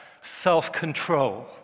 self-control